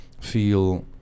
feel